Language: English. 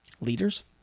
leaders